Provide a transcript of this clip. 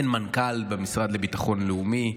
אין מנכ"ל במשרד לביטחון לאומי,